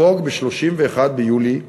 יפוג ב-31 ביולי השנה,